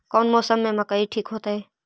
कौन मौसम में मकई ठिक होतइ?